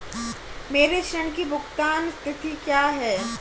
मेरे ऋण की भुगतान तिथि क्या है?